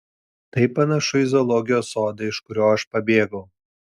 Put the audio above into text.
tai panašu į zoologijos sodą iš kurio aš pabėgau